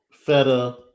Feta